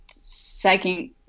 second